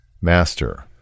Master